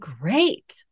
great